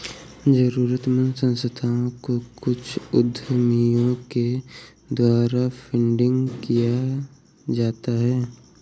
जरूरतमन्द संस्थाओं को कुछ उद्यमियों के द्वारा फंडिंग किया जाता है